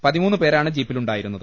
പതിമൂന്ന് പേരാണ് ജീപ്പിലുണ്ടായിരുന്നത്